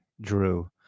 Drew